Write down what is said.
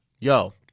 Yo